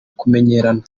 kumenyerana